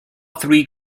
three